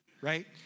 right